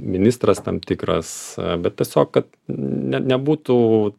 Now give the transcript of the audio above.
ministras tam tikras bet tiesiog kad ne nebūtų